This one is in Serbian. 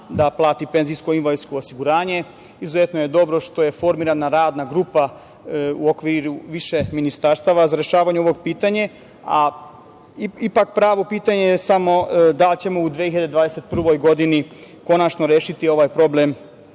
da plati PIO. Izuzetno je dobro što je formirana Radna grupa u okviru više ministarstava za rešavanje ovog pitanja, a ipak pravo pitanje je samo da li ćemo u 2021. godini konačno rešiti ovaj problem